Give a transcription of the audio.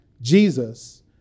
Jesus